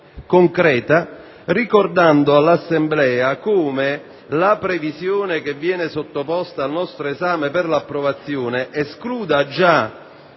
concreta, ricordando all'Assemblea come la previsione sottoposta al nostro esame per l'approvazione escluda già